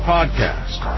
Podcast